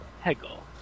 Hegel